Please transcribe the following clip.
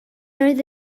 oedd